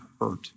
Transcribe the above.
hurt